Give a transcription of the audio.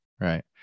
right